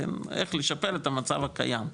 איך לשפר את המצב הקיים,